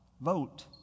Vote